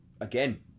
again